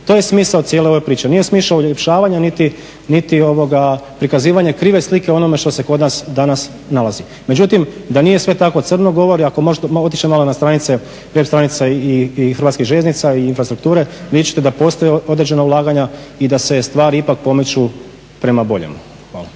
To je smisao cijele ove priče, nije smisao uljepšavanje niti prikazivanje krive slike o onome što se kod nas danas nalazi. Međutim da nije sve tako crno govori, ako možete otići malo na stranice, web stranice HŽ-a i infrastrukture, vidjet ćete da postoje određena ulaganja i da se stvari ipak pomiču prema boljemu.